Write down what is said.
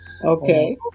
Okay